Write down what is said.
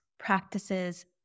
practices